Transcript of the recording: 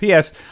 PS